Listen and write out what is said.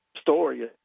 story